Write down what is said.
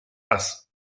ass